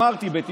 אמרתי, ב-1992,